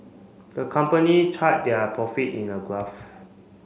the company chart their profit in a graph